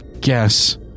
guess